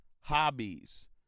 hobbies